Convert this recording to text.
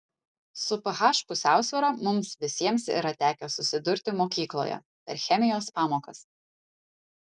su ph pusiausvyra mums visiems yra tekę susidurti mokykloje per chemijos pamokas